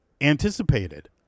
anticipated